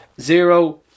zero